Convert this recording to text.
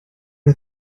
are